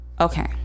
okay